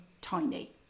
tiny